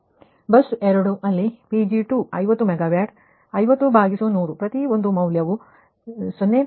bus 2 ಅಲ್ಲಿ P G2 50 megawatt 50 100ಪ್ರತಿ ಒಂದು ಮೌಲ್ಯ 0